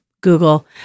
Google